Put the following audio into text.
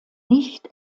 nicht